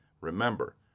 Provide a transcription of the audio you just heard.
remember